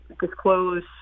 disclose